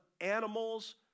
animals